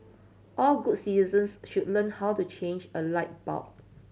all good citizens should learn how to change a light bulb